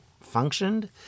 functioned